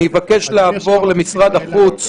אבקש לעבור למשרד החוץ.